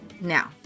Now